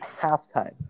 halftime